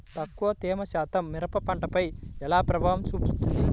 తక్కువ తేమ శాతం మిరప పంటపై ఎలా ప్రభావం చూపిస్తుంది?